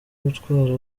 gutwara